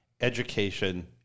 education